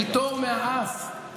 דבר לגופו של עניין,